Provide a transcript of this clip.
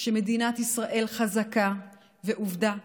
כשמדינת ישראל חזקה והיא עובדה קיימת,